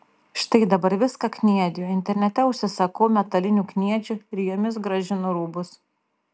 štai dabar viską kniediju internete užsisakau metalinių kniedžių ir jomis gražinu rūbus